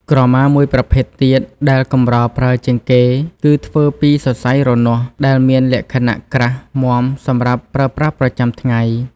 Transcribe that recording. ក្រមាមួយប្រភេទទៀតដែលកម្រប្រើជាងគេគឺធ្វើពី សរសៃរនាស់ ដែលមានលក្ខណៈក្រាស់មាំសម្រាប់ប្រើប្រាស់ប្រចាំថ្ងៃ។